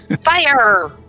Fire